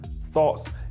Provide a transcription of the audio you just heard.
thoughts